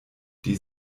die